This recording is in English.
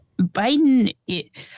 Biden